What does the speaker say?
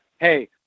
hey